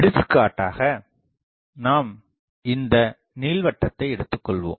எடுத்துக்காட்டாக நாம் இந்த நீள்வட்டத்தை எடுத்துக்கொள்வோம்